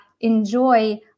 enjoy